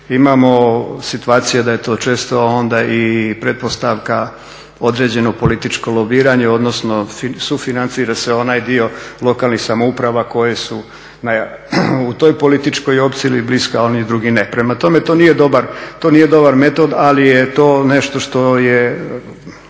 imamo situacija da je to često onda i pretpostavka određeno političko lobiranje, odnosno sufinancira se onaj dio lokalnih samouprava koje su u toj političkoj opciji ili bliski, a oni drugi ne. Prema tome, to nije dobra metoda ali je to nešto što je